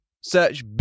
Search